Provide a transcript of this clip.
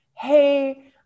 hey